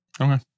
Okay